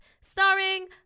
starring